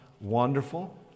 wonderful